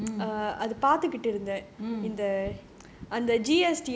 mm mm